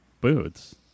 boots